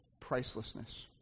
pricelessness